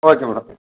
okay madam